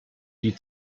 die